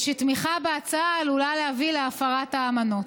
הרי שתמיכה בהצעה עלולה להביא להפרת האמנות.